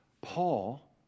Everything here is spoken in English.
Paul